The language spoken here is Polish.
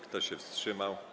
Kto się wstrzymał?